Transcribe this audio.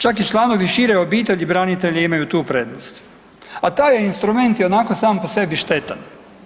Čak i članovi šire obitelji branitelja imaju tu prednost, a taj je instrument ionako sam po sebi štetan.